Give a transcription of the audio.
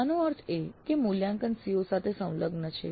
આનો અર્થ એ કે મૂલ્યાંકન COs સાથે સંલગ્ન છે